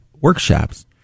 workshops